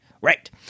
right